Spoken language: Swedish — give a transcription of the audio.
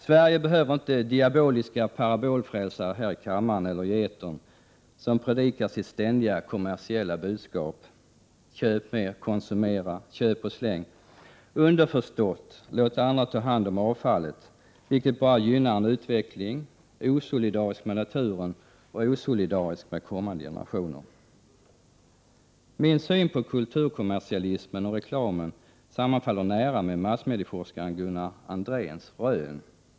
Sverige behöver inte diaboliska parabolfrälsare här i kammaren eller i etern, vilka predikar sitt ständiga kommersiella budskap: köp mer, konsumera, köp och släng — underförstått, låt andra ta hand om avfallet. Det gynnar bara en utveckling som är osolidarisk med naturen och osolidarisk med kommande generationer. Min syn på kulturkommersialismen och reklamen sammanfaller nära med massmedieforskaren Gunnar Andréns rön.